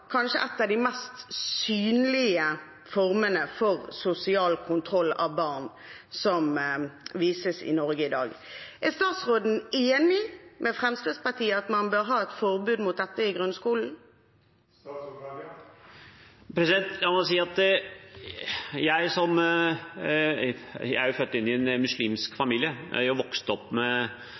av de mest synlige formene for sosial kontroll av barn som vises i Norge i dag. Er statsråden enig med Fremskrittspartiet i at man bør ha et forbud mot dette i grunnskolen? La meg bare si at jeg er født inn i en muslimsk familie, jeg har vokst opp med